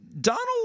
Donald